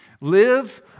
Live